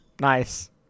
Nice